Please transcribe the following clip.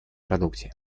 продукте